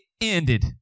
ended